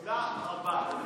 תודה רבה.